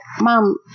mom